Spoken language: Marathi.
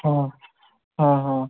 हं हं हं